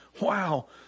wow